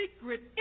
secret